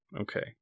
Okay